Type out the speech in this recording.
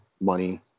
money